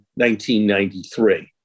1993